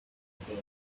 said